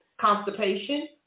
constipation